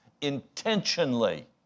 intentionally